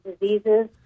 diseases